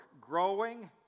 growing